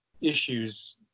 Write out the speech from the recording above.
issues